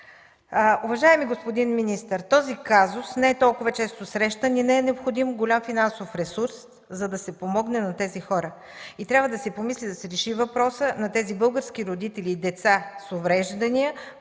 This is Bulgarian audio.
Уважаеми господин министър, този казус не е толкова често срещан и не е необходим голям финансов ресурс, за да се помогне на тези хора. Трябва да се помисли да се реши въпросът на тези български родители и деца с увреждания,